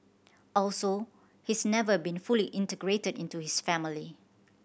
also he's never been fully integrated into his family